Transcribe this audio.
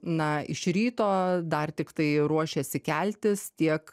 na iš ryto dar tiktai ruošėsi keltis tiek